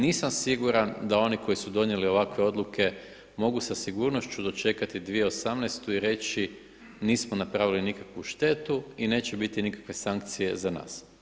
Nisam siguran da oni koji su donijeli ovakve odluke mogu sa sigurnošću dočekati 2018. i reći nismo napravili nikakvu štetu i neće biti nikakve sankcije za nas.